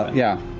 yeah.